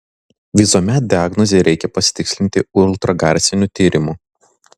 visuomet diagnozę reikia patikslinti ultragarsiniu tyrimu